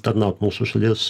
tarnaut mūsų šalies